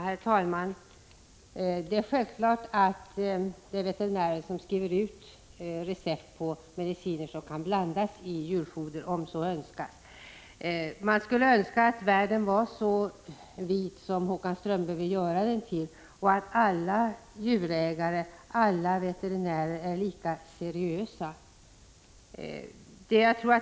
Herr talman! Självfallet är det veterinären som skriver ut recept på mediciner som kan blandas i djurfoder, när så önskas. Visst kan man önska att världen vore så vit som Håkan Strömberg vill göra den till och att alla djurägare och alla veterinärer vore lika seriösa.